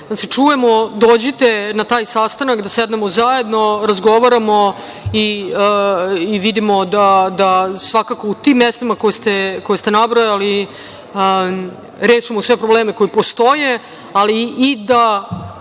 da se čujemo, dođite na taj sastanak, da sednemo zajedno, razgovaramo i vidimo da, svakako, u tim mestima koja ste nabrojali rešimo sve problem koji postoje, ali i da